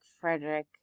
Frederick